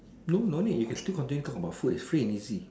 no no need you can still continue to talk about food is free and easy